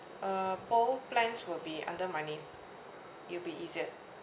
uh both plans will be under my name it'll be easier